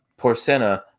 Porcena